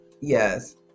yes